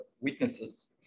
witnesses